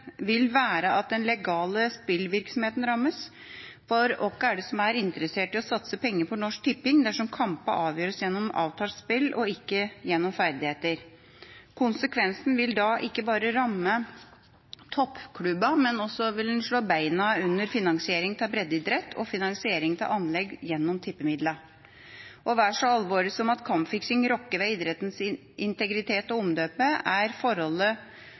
vil være at den legale spillvirksomheten rammes, for hvem er det som er interessert i å satse penger på Norsk Tipping dersom kampene avgjøres gjennom avtalt spill og ikke gjennom ferdigheter? Konsekvensen vil da være at det ikke bare rammer toppklubbene; det vil også slå beina under finansiering av breddeidretten og finansiering av anlegg gjennom tippemidlene. Og vel så alvorlig som at kampfiksing rokker ved idrettens integritet og omdømme, er det forholdet